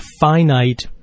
finite